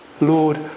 Lord